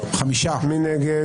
מי נמנע?